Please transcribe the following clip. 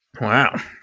Wow